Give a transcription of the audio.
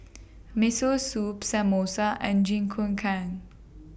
Miso Soup Samosa and Jingikukan